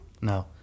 No